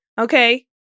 okay